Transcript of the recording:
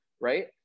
right